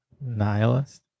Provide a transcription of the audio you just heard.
Nihilist